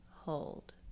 hold